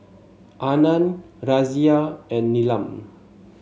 Anand Razia and Neelam